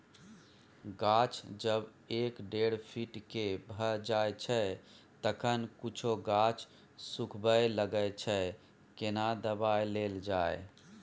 गाछ जब एक डेढ फीट के भ जायछै तखन कुछो गाछ सुखबय लागय छै केना दबाय देल जाय?